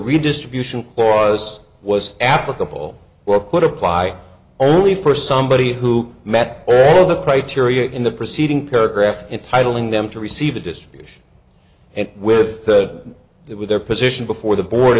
redistribution cause was applicable or could apply only for somebody who met all the criteria in the preceding paragraph entitling them to receive the distribution and with that with their position before the board